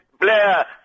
Blair